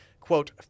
quote